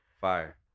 fire